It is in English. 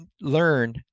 learn